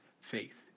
faith